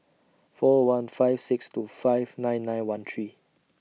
four one five six two five nine nine one three